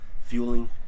Fueling